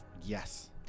Yes